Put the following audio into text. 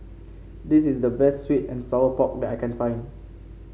this is the best sweet and Sour Pork that I can find